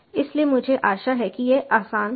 इसलिए मुझे आशा है कि यह आसान था